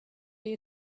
you